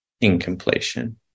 incompletion